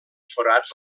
forats